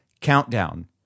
countdown